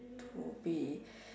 to be